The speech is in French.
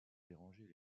déranger